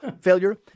failure